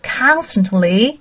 constantly